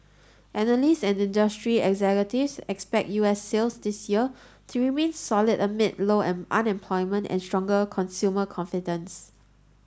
analysts and industry executives expect U S sales this year to remain solid amid low unemployment and strong consumer confidence